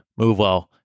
MoveWell